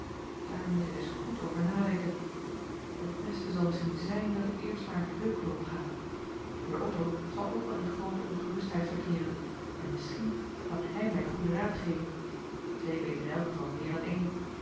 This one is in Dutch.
daar moet ik eens goed over nadenken het beste zal misschien zijn dat ik eerst naar heukelom ga heer otto zal ook wel in groote ongerustheid verkeeren en misschien kan hij mij goeden raad geven twee weten in elk geval méér dan één